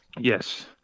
yes